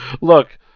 look